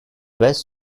best